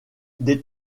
des